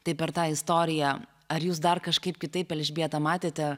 taip per tą istoriją ar jūs dar kažkaip kitaip elžbietą matėte